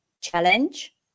challenge